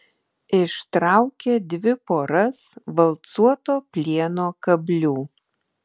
ištraukė dvi poras valcuoto plieno kablių